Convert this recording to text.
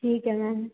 ठीक है मैम